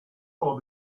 are